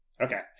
Okay